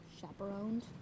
chaperoned